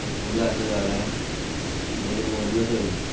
ते थोह्ड़ा आस्ता चलाना ऐ नेईं ते मौत बी होई सकदी ऐ